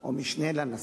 או המשנה לנשיא,